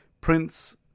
Prince